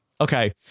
Okay